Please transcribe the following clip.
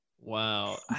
Wow